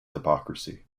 hypocrisy